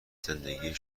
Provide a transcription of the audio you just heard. زندگی